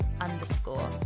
underscore